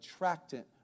attractant